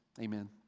Amen